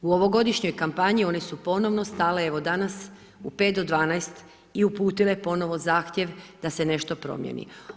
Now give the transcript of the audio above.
U ovogodišnjoj kampanji oni su ponovno stale, evo danas u 5 do 12 i uputile ponovo zahtjev da se nešto promjeni.